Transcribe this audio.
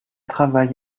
travail